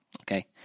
Okay